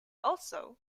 also